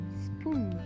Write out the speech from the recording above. spoon